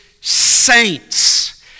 saints